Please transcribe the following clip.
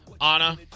Anna